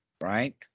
right